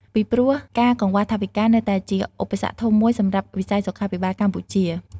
ពីព្រោះ ការកង្វះថវិកា នៅតែជាឧបសគ្គធំមួយសម្រាប់វិស័យសុខាភិបាលកម្ពុជា។